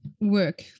work